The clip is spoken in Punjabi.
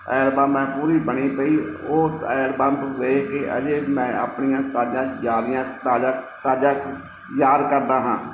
ਐਲਬਮ ਹੈ ਪੂਰੀ ਬਣੀ ਪਈ ਉਹ ਐਲਬਮ ਵੇਖ ਕੇ ਅਜੇ ਵੀ ਮੈਂ ਆਪਣੀਆਂ ਤਾਜ਼ਾ ਜਾਦੀਆ ਤਾਜ਼ਾ ਤਾਜ਼ਾ ਯਾਦ ਕਰਦਾ ਹਾਂ